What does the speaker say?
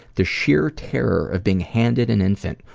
the sheer terror of being handed an infant,